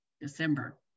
December